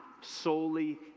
solely